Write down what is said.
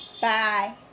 Bye